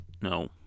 no